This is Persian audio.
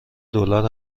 دلار